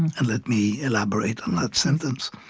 and let me elaborate on that sentence.